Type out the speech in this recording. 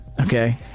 Okay